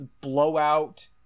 Blowout